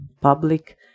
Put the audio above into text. public